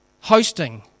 Hosting